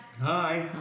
Hi